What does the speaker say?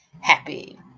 happy